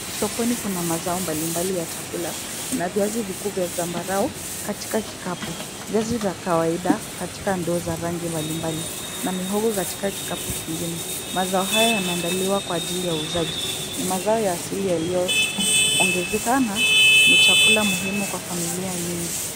Sokoni kuna mazao mbalimbali ya chakula na viazi vikuu za zambarau katika kikapu. Viazi vya kawaida katika ndoo za rangi mbalimbali na mihogo katika kikapu kingine. Mazao haya yameandaliwa kwa ajili ya uuzaji. Ni mazao ya asili yaliyoongezekana, ni chakula muhimu katika familia nyingi.